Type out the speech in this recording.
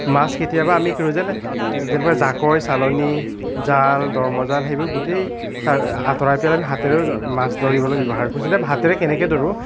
মাছ কেতিয়াবা আমি কি কৰোঁ যেনে যেনিবা জাকৈ চালনী জাল দৰ্মজাল সেইবোৰ গোটেই আঁতৰাই আমি হাতেৰেও মাছ ধৰিবলৈ ব্যৱহাৰ কৰোঁ যেতিয়া হাতেৰে কেনেকৈ ধৰোঁ